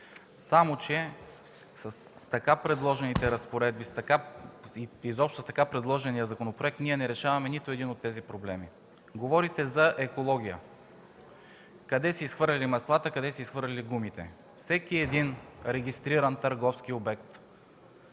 Само че с така предложените разпоредби и с така предложения законопроект, ние не решаваме нито един от тези проблеми. Говорите за екология – къде си изхвърляли маслата, къде си изхвърляли гумите. Всеки един регистриран търговски обект,